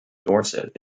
dorset